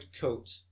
coat